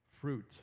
fruit